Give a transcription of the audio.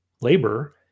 labor